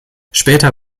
später